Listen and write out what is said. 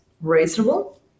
reasonable